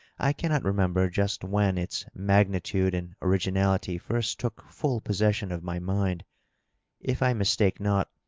i cannot remember just when its magnitude and originality first took full possession of my mind if i misteke not,